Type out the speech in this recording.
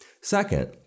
Second